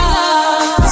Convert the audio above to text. love